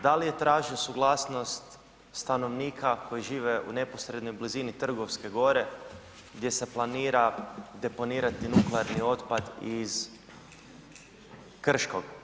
Da li je tražio suglasnost stanovnika koji žive u neposrednoj blizini Trgovske gore gdje se planira deponirati nuklearni otpad iz Krškog?